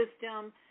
system